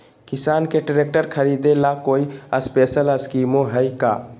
किसान के ट्रैक्टर खरीदे ला कोई स्पेशल स्कीमो हइ का?